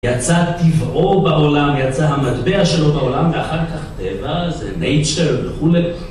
יצא טבעו בעולם, יצא המטבע שלו בעולם ואחר כך טבע, זה נייטשייר וכו'